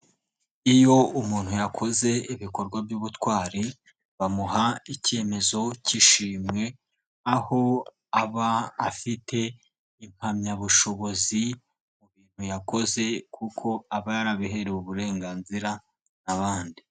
Iyo umuntu yakoze ibikorwa by'ubutwari bamuha ikemezo k'ishimwe aho aba afite impamyabushobozi mu bintu yakoze kuko aba yarabiherewe uburenganzira n'abandi.